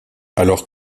alors